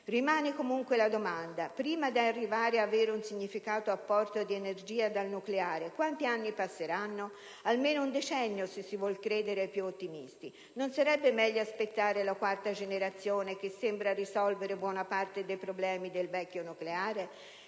Rimane comunque la domanda: prima di arrivare ad avere un significativo apporto di energia dal nucleare quanti anni passeranno? Almeno un decennio, se si vuole credere ai più ottimisti. Non sarebbe meglio aspettare le centrali di quarta generazione, che sembrano risolvere buona parte dei problemi del vecchio nucleare?